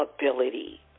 ability